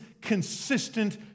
consistent